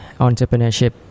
entrepreneurship